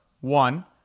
one